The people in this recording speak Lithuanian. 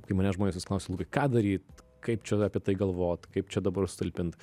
kai manęs žmonės vis klausia lukai ką daryt kaip čia apie tai galvot kaip čia dabar sutalpint